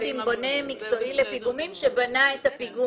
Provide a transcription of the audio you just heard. עם בונה מקצועי לפיגומים שבנה את הפיגום",